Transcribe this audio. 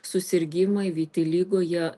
susirgimai vitiligo jie